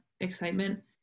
excitement